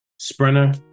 Sprinter